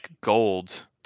gold